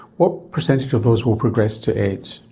what percentage of those will progress to aids?